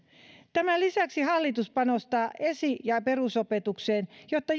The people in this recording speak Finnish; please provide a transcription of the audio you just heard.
tämän lisäksi hallitus panostaa esi ja perusopetukseen jotta